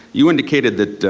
you indicated that